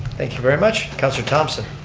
thank you very much. councilor thomson.